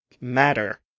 matter